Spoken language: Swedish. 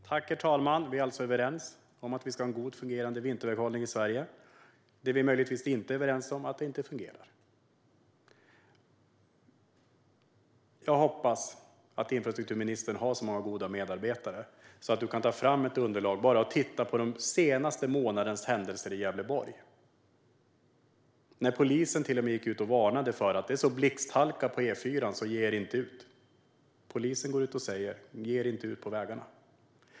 Herr talman! Vi är alltså överens om att vi ska ha en väl fungerande vinterväghållning i Sverige. Det som vi möjligtvis inte är överens om är huruvida detta fungerar. Jag hoppas att infrastrukturministern har så många goda medarbetare att han kan ta fram ett underlag och titta bara på den senaste månadens händelser i Gävleborg. Polisen gick till och med ut och varnade för att det var sådan blixthalka på E4:an att man avrådde bilister från att ge sig ut. Polisen gick ut och sa: Ge er inte ut på vägarna!